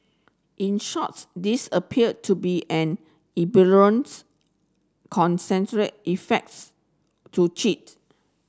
in shorts this appeared to be an effects to cheat